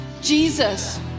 Jesus